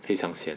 非常 sian